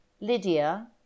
Lydia